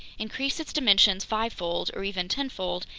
increase its dimensions fivefold or even tenfold,